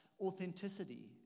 authenticity